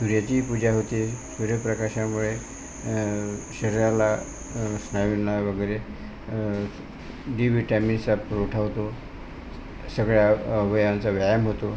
सूर्याचीही पूजा होते सूर्यप्रकाशामुळे शरीराला स्नायूंना वगैरे डी व्हिटामिन्सचा पुरवठा होतो सगळ्या अवयवांचा व्यायाम होतो